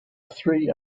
three